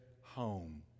home